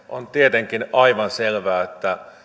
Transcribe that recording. on tietenkin aivan selvää että